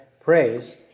praise